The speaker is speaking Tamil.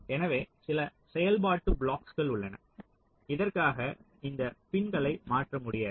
எனவே சில செயல்பாட்டுத் ப்ளாக்ஸ்கள் உள்ளன இதற்காக இந்த பின்களை மாற்ற முடியாது